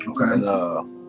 okay